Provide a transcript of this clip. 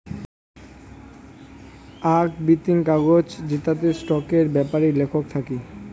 আক বিতিং কাগজ জেতাতে স্টকের বেপারি লেখক থাকি